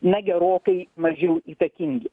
na gerokai mažiau įtakingi